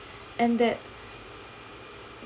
and that